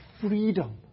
freedom